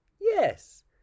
Yes